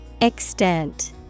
Extent